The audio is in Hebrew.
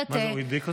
עמית הדביק אותך?